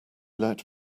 let